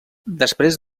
després